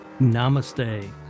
namaste